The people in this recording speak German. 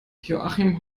joachim